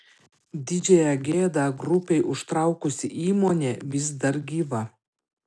didžiąją gėdą grupei užtraukusi įmonė vis dar gyva